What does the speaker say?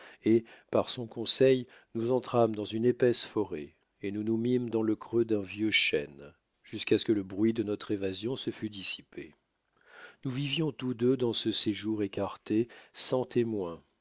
et par son conseil nous entrâmes dans une épaisse forêt et nous nous mîmes dans le creux d'un vieux chêne jusqu'à ce que le bruit de notre évasion se fût dissipé nous vivions tous deux dans ce séjour écarté sans témoins